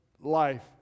Life